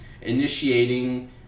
initiating